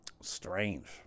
Strange